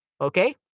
okay